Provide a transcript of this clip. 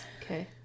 Okay